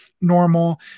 normal